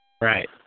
Right